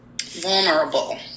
Vulnerable